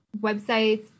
websites